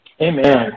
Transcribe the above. Amen